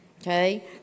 Okay